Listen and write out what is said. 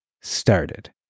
started